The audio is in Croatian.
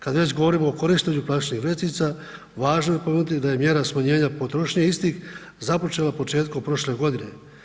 Kad već govorimo o korištenju vrećica, važno je spomenuti da je mjera smanjenja potrošnje istih započela početkom prošle godine.